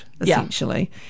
essentially